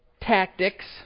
tactics